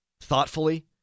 thoughtfully